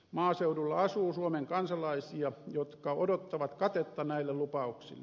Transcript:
maaseudulla asuu suomen kansalaisia jotka odottavat katetta näille lupauksille